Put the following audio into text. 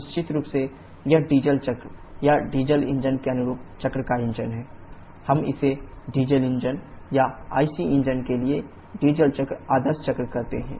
निश्चित रूप से यह डीजल चक्र या डीजल इंजन के अनुरूप चक्र का इंजन है हम इसे डीजल इंजन या IC इंजन के लिए डीजल चक्र आदर्श चक्र कहते हैं